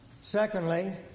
Secondly